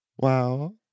Wow